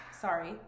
Sorry